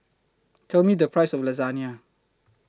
Tell Me The Price of Lasagne